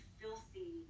filthy